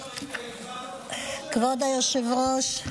כבוד היושב-ראש,